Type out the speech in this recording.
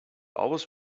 always